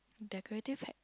decorative hat